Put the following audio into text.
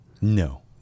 No